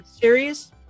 Series